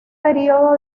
período